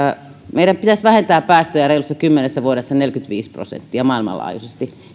meidän pitäisi vähentää päästöjä reilussa kymmenessä vuodessa neljäkymmentäviisi prosenttia maailmanlaajuisesti